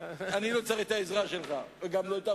ועצם הרעיון של תקציב דו-שנתי או רב-שנתי,